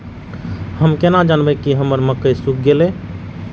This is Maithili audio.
हम केना जानबे की हमर मक्के सुख गले?